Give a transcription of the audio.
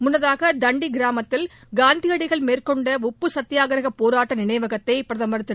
முன்னதாக தண்டி கிராமத்தில் காந்தியடிகள் மேற்கொண்ட உப்பு சத்தியாக்கிரக போராட்ட நினைவகத்தை பிரதமர் திரு